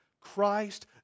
Christ